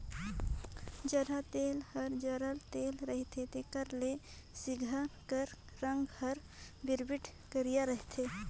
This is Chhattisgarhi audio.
जरहा तेल हर जरल तेल रहथे तेकर ले सिगहा कर रग हर बिरबिट करिया रहथे